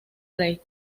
rey